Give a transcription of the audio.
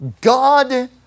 God